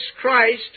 Christ